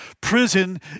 prison